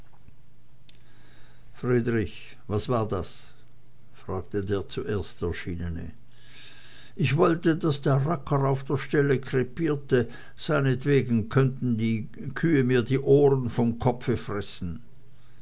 friedrich was war das fragte der zuerst erschienene ich wollte daß der racker auf der stelle krepierte seinetwegen können die kühe mir die ohren vom kopf fressen